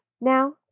now